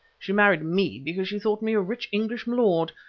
she married me because she thought me a rich english milord.